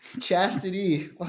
Chastity